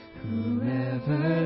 whoever